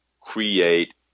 create